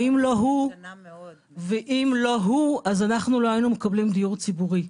לולא הוא, לא היינו מקבלים דיור ציבורי.